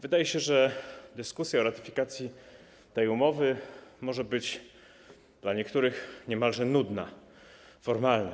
Wydaje się, że dyskusja o ratyfikacji tej umowy może być dla niektórych niemalże nudna, formalna.